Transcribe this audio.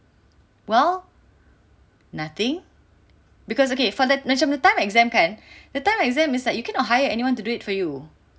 well nothing because okay for that macam the time exam kan the time exam is like you cannot hire anyone to do it for you